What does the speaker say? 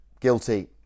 guilty